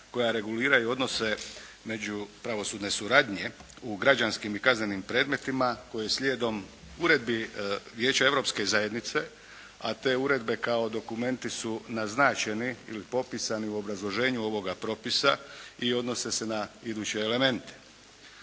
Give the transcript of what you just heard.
koja reguliraju odnose među pravosudne suradnje u građanskim i kaznenim predmetima koje slijedom uredbi Vijeća Europske zajednice, a te uredbe kao dokumenti su naznačeni i popisanu u obrazloženju ovoga propisa i odnose se na iduće elemente.